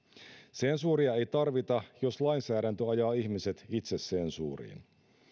sensuuria ei tarvita jos lainsäädäntö ajaa ihmiset itsesensuuriin